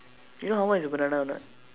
you know how much is a banana or not